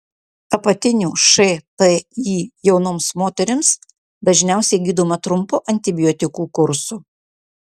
apatinių šti jaunoms moterims dažniausiai gydoma trumpu antibiotikų kursu